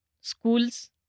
Schools